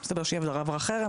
מסתבר שהיא עברה חרם,